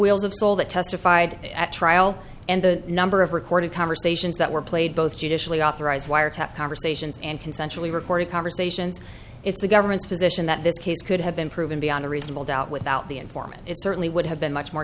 wheels of soul that testified at trial and the number of recorded conversations that were played both judicially authorized wiretap conversations and consensually recorded conversations it's the government's position that this case could have been proven beyond a reasonable doubt without the informant it certainly would have been much more